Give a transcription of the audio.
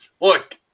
Look